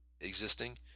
existing